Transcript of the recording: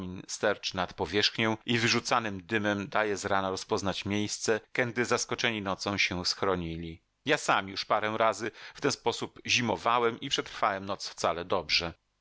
sterczy nad powierzchnię i wyrzucanym dymem daje z rana rozpoznać miejsce kędy zaskoczeni nocą się schronili ja sam już parę razy w ten sposób zimowałem i przetrwałem noc wcale dobrze